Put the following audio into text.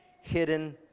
hidden